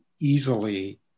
easily